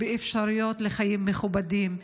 לאפשרויות לחיים מכובדים,